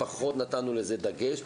פחות נתנו לזה דגש,